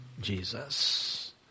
Jesus